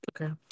Okay